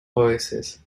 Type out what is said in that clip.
oasis